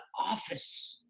office